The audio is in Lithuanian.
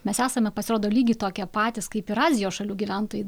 mes esame pasirodo lygiai tokie patys kaip ir azijos šalių gyventojai